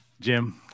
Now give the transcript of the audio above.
Jim